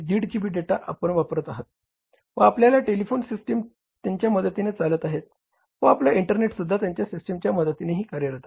5 GB data आपण वापरत आहात व आपल्या टेलिफोन सिस्टम त्यांच्या मदतीने चालत आहेत व आपला इंटरनेटसुद्धा त्यांच्या सिस्टीमच्या मदतीनेही कार्यरत आहे